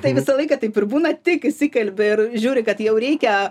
tai visą laiką taip ir būna tik įsikalbi ir žiūri kad jau reikia